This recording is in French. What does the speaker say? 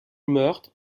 meurtre